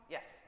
Yes